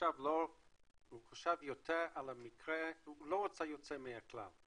חשב יותר על המקרה, הוא לא רצה יוצא מן הכלל,